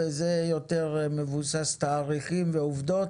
וזה כעת מבוסס לפי תאריכים ועובדות.